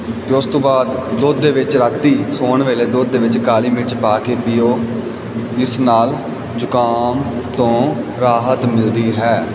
ਤੇ ਉਸ ਤੋਂ ਬਾਅਦ ਦੁੱਧ ਦੇ ਵਿੱਚ ਰਾਤੀ ਸੋਣ ਵੇਲੇ ਦੁੱਧ ਦੇ ਵਿੱਚ ਕਾਲੀ ਮਿਰਚ ਪਾ ਕੇ ਪੀਓ ਇਸ ਨਾਲ ਜੁਕਾਮ ਤੋਂ ਰਾਹਤ ਮਿਲਦੀ ਹੈ